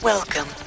Welcome